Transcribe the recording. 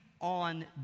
on